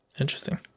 Interesting